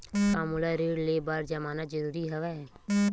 का मोला ऋण ले बर जमानत जरूरी हवय?